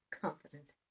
confidence